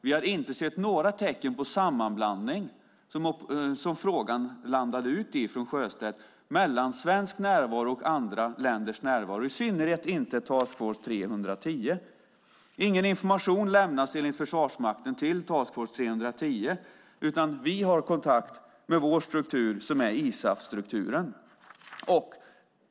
Vi har inte sett några tecken på sammanblandning, som frågan från Sjöstedt landade ut i, mellan svensk närvaro och andra länders närvaro, i synnerhet inte Task Force 3-10. Ingen information lämnas enligt Försvarsmakten till Task Force 3-10, utan vi har kontakt med vår struktur, som är ISAF-strukturen.